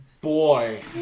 Boy